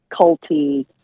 culty